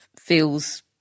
feels